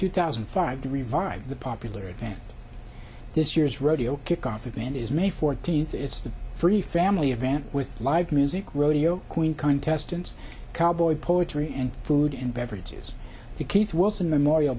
two thousand and five to revive the popular event this year's rodeo kickoff event is may fourteenth it's the free family event with live music rodeo queen contestants cowboy poetry and food and beverages to keith wilson memorial